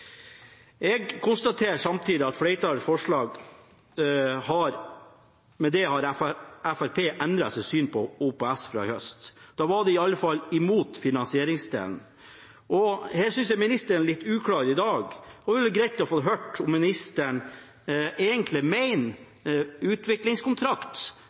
Jeg konstaterer samtidig at med flertallets forslag har Fremskrittspartiet endret sitt syn på OPS fra i høst. Da var de i alle fall imot finansieringsdelen. Her synes jeg ministeren er litt uklar i dag, og det ville vært greit å få høre om ministeren egentlig